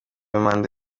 manda